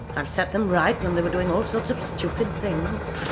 i've set them right when they were doing all sorts of stupid things.